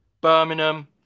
Birmingham